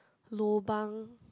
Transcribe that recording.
Lobang